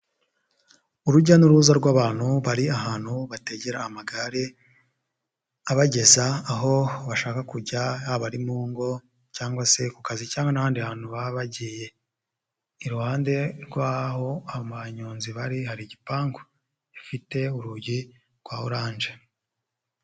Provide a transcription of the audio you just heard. Urujya n'uruza rw'abantu bari ahantu bategera amagare, abageza aho bashaka kujya haba ari mu ngo cyangwa se ku kazi cyangwa n'andi hantu baba bagiye. Iruhande rw'aho abanyonzi bari hari igipangu, gifite urugi rwa oranje.